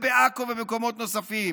ובעכו ובמקומות נוספים.